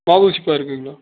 VOC பார்க்குங்களா